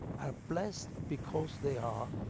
are blessed because they are